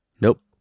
Nope